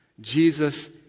Jesus